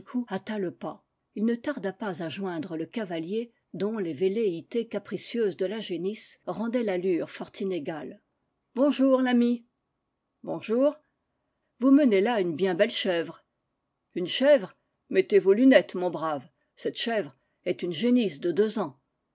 le pas il ne tarda pas à joindre le cavalier dont les velléités capricieuses de la génisse ren daient l'allure fort inégale bonjour l'ami bonjour vous menez là une bien belle chèvre une chèvre mettez vos lunettes mon brave cette chèvre est une génisse de deux ans